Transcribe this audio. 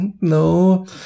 no